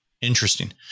Interesting